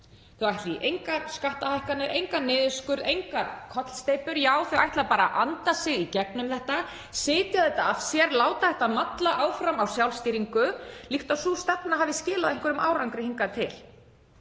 Þau ætla í engar skattahækkanir, engan niðurskurð, engar kollsteypur. Já, þau ætla bara að anda sig í gegnum þetta, sitja þetta af sér, láta þetta malla áfram á sjálfstýringu, líkt og sú stefna hafi skilað einhverjum árangri hingað til.